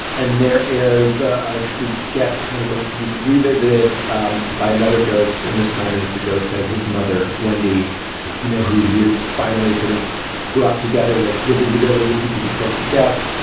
and there is. we get kind of ah he's revisited um by another ghost and this time it is the ghost of his mother wendy you know who he is finally sort of brought together with with his ability to see people close to death.